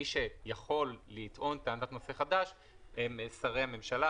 מי שיכול לטעון טענת נושא חדש הם שרי הממשלה,